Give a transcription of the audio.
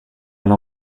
know